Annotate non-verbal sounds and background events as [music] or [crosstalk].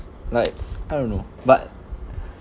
like [noise] I don't know but [breath]